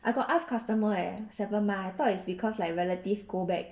I got ask customer eh seven month I thought it's because like relative go back